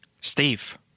Steve